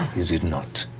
is it not?